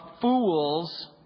fools